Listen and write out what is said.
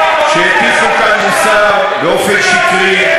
שהטיפו כאן מוסר באופן שקרי,